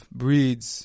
breeds